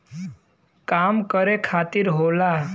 काम करे खातिर होला